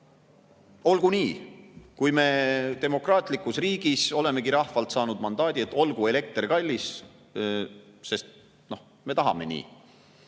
olgu nii, kui me demokraatlikus riigis olemegi rahvalt saanud mandaadi, et olgu elekter kallis, sest me nii